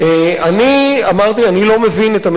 אמרתי שאני לא מבין את המדיניות,